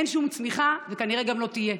אין שום צמיחה, וכנראה גם לא תהיה,